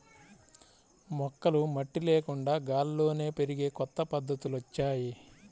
మొక్కలు మట్టి లేకుండా గాల్లోనే పెరిగే కొత్త పద్ధతులొచ్చాయ్